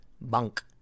bunk